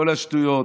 כל השטויות.